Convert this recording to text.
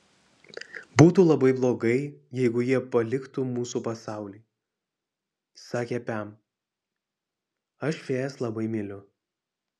būtų labai blogai jeigu jie paliktų mūsų pasaulį sakė pem aš fėjas labai myliu